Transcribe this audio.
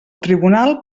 tribunal